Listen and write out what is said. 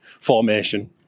formation